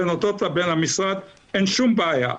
בין אותות לבין המשרד אין שום בעיה.